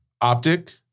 Optic